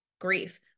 grief